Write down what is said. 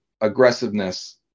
aggressiveness